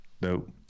nope